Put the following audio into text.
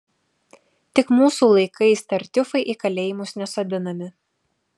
tik mūsų laikais tartiufai į kalėjimus nesodinami